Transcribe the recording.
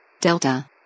Delta